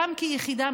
גם כיחידה,